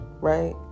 right